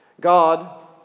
God